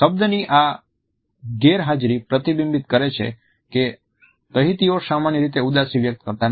શબ્દની આ ગેરહાજરી પ્રતિબિંબિત કરે છે કે તહિતીઓ સામાન્ય રીતે ઉદાસી વ્યક્ત કરતા નથી